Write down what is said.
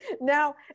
Now